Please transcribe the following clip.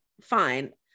fine